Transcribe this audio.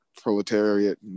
proletariat